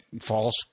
false